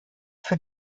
für